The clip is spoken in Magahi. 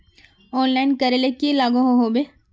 ऑनलाइन करले की लागोहो होबे?